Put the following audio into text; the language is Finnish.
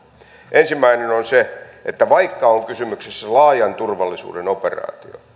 ensimmäinen on se että vaikka on kysymyksessä laajan turvallisuuden operaatio